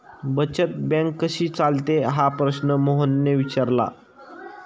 बचत बँक कशी चालते हा प्रश्न मोहनने विचारला?